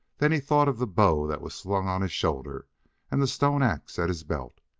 then he thought of the bow that was slung on his shoulder and the stone ax at his belt.